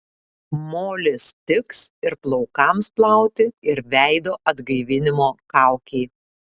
molis tiks ir plaukams plauti ir veido atgaivinimo kaukei